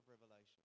Revelation